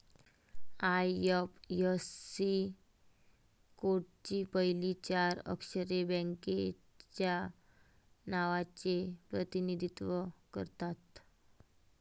IFSC कोडची पहिली चार अक्षरे बँकेच्या नावाचे प्रतिनिधित्व करतात